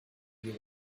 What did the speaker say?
you